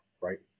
right